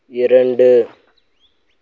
இரண்டு